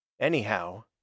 Anyhow